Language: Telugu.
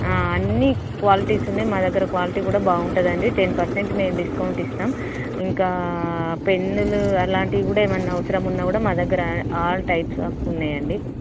అన్నీ క్వాలిటీస్ ఉన్నాయి మా దగ్గర క్వాలిటీ కూడా బాగుంటుంది అండి టెన్ పర్సెంట్ మేము డిస్కౌంట్ ఇస్తాం ఇంకా పెన్నులు అలాంటివి కూడా ఏమన్న అవసరం ఉన్నా కూడా మా దగ్గర ఆల్ టైప్స్ ఆఫ్ ఉన్నాయండి